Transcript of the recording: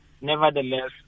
Nevertheless